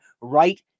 right